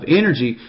energy